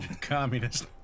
communist